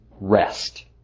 rest